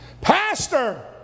Pastor